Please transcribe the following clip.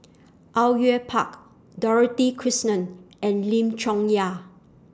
Au Yue Pak Dorothy Krishnan and Lim Chong Yah